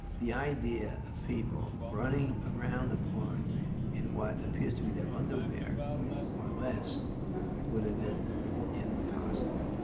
the idea of people running around the park in what appears to be their underwear or less would have been impossible.